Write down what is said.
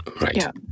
Right